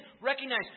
recognize